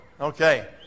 Okay